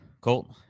colt